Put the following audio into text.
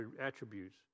attributes